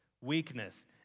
weakness